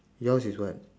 yours is what